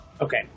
Okay